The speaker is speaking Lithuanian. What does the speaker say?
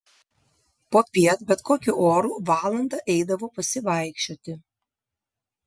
popiet bet kokiu oru valandą eidavo pasivaikščioti